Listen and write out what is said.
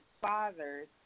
father's